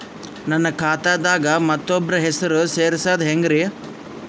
ನನ್ನ ಖಾತಾ ದಾಗ ಮತ್ತೋಬ್ರ ಹೆಸರು ಸೆರಸದು ಹೆಂಗ್ರಿ?